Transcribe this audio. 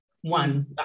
one